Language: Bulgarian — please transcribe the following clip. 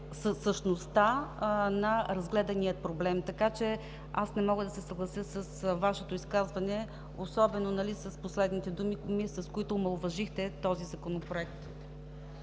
същността на разгледания проблем. Не мога да се съглася с изказването Ви, особено с последните думи, с които омаловажихте този Законопроект.